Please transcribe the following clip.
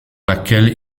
laquelle